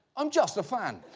i'm just a fan.